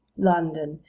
london,